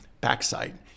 backside